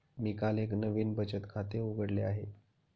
मी काल एक नवीन बचत खाते उघडले आहे